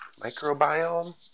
Microbiome